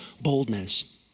boldness